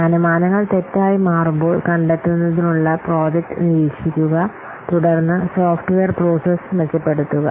അനുമാനങ്ങൾ തെറ്റായി മാറുമ്പോൾ കണ്ടെത്തുന്നതിനുള്ള പ്രോജക്റ്റ് നിരീക്ഷിക്കുക തുടർന്ന് സോഫ്റ്റ്വെയർ പ്രോസസ്സ്മെച്ചപ്പെടുത്തുക